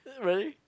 really